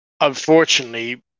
Unfortunately